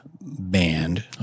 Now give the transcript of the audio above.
band